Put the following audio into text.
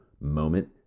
moment